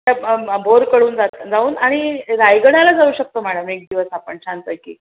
त्या बोरकडून जात जाऊन आणि रायगडाला जाऊ शकतो मॅडम एक दिवस आपण छानपैकी